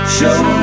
Show